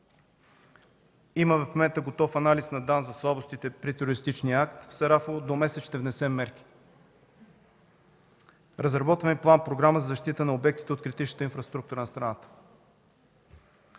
„Национална сигурност” за слабостите при терористичния акт в Сарафово. До месец ще внесем мерки. Разработваме план-програма за защита на обектите от критичната инфраструктура на страната.